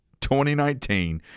2019